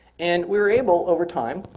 and we were able over time,